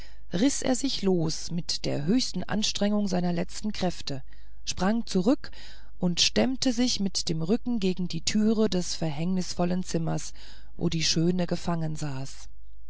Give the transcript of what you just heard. riß er sich los mit der höchsten anstrengung seiner letzten kräfte sprang zurück und stemmte sich mit dem rücken gegen die türe des verhängnisvollen zimmers wo die schöne gefangen saß